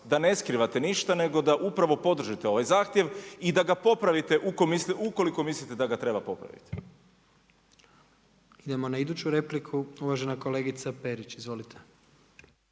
da ne skrivate ništa, nego da upravo podržite ovaj zahtjev i da ga popravite ukoliko mislite da ga treba popraviti. **Jandroković, Gordan (HDZ)** Idemo na iduću repliku. Uvažena kolegica Perić. Izvolite.